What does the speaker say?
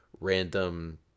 random